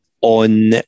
on